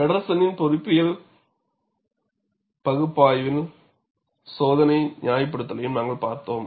ஃபெடெர்சனின் பொறியியல் பகுப்பாய்வின் சோதனை நியாயப்படுத்தலையும் நாங்கள் பார்த்துள்ளோம்